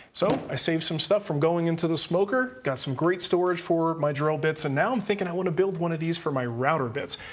so i saved some stuff from going into the smoker, got some great storage for my drill bits, and now i'm thinking i want to build one of these for my router bits.